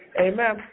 amen